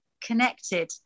connected